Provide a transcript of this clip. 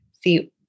see